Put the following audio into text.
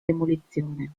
demolizione